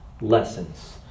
lessons